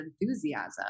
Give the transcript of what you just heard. enthusiasm